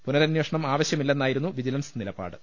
പുനരന്വേ ഷണം ആവശ്യമില്ലെന്നായിരുന്നു വിജിലൻസ് നിലപാട്